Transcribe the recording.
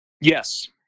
Yes